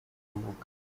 rubuga